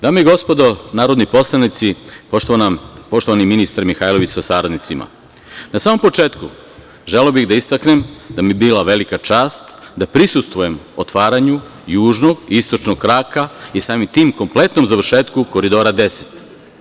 Dame i gospodo narodni poslanici, poštovana ministre Mihajlović sa saradnicima, na samom početku želeo bih da istaknem da mi je bila velika čast da prisustvujem otvaranju južnog i istočnog kraka i samim tim kompletnom završetku Koridora 10.